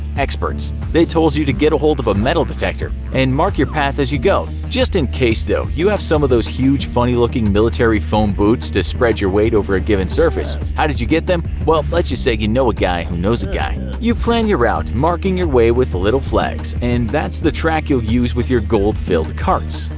experts. they told you to get ahold of a metal detector and mark your path as you go. just in case though, you have some of those huge funny-looking military foam boots to spread your weight over a given surface. how did you get them? well, let's just say you know a guy who knows a guy. you plan your route, marking your way with little flags, and that's the track you will use with your gold-filled carts.